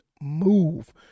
move